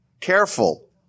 careful